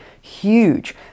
huge